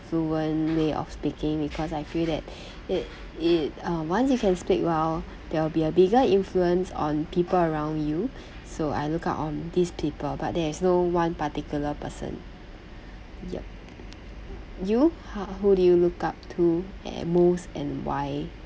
fluent way of speaking because I feel that it it uh once you can speak well there will be a bigger influence on people around you so I look up on these people but there is no one particular person yup you h~ who do you look up to and most and why